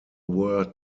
were